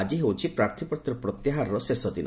ଆଜି ହେଉଛି ପ୍ରାର୍ଥୀପତ୍ର ପ୍ରତ୍ୟାହାରର ଶେଷ ଦିନ